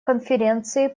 конференции